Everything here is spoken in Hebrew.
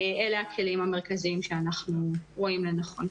אלה הכלים המרכזיים שאנחנו רואים לנכון.